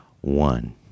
One